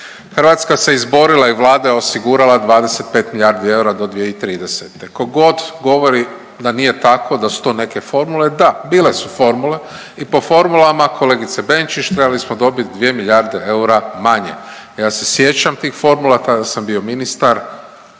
Hrvatska se izborila i Vlada je osigurala 25 milijardi eura do 2030. Tko god govori da to nije tako, da su to neke formule, da, bile su formule i po formulama, kolegice Benčić, trebali smo dobiti 2 milijarde eura manje. Ja se sjećam tih formula, tada sam bio ministar,